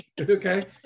Okay